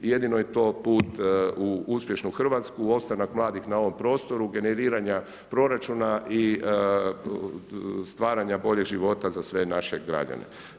Jedino je to put u uspješnu Hrvatsku, u ostanak mladih na ovom prostoru, generiranja proračuna i stvaranja boljeg života za sve naše građane.